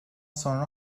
sonra